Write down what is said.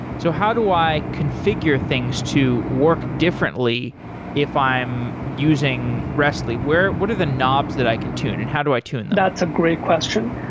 so how do i configure things to work differently if i'm using rest li? what are the knobs that i can tune and how do i tune them? that's a great question.